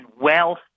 wealth